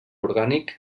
orgànic